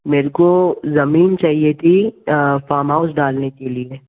मेरे को ज़मीन चाहिए थी फ़ार्म हाउस डालने के लिए